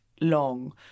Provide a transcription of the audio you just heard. long